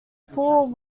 fall